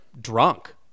drunk